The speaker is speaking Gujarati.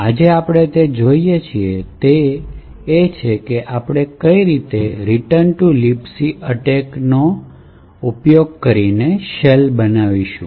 આજે આપણે જે જોઈએ છીએ તે છે આપણે કેવી રીતે રીટર્ન ટુ libc એટેકનો ઉપયોગ કરીને શેલ બનાવીશું